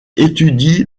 étudie